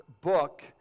book